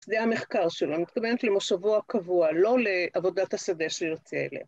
זה המחקר שלו, אני מתכוונת למושבו הקבוע, לא לעבודת השדה שהוא יוצא אליה.